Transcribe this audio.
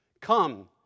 Come